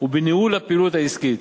ובניהול הפעילות העסקית.